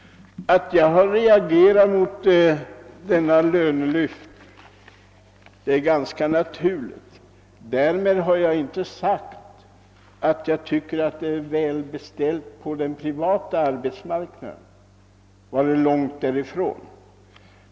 Att jag reagerat mot detta lönelyft är ganska naturligt. Därmed har jag inte sagt att jag anser allt vara väl beställt på den privata arbetsmarknaden — långt därifrån!